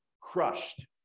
crushed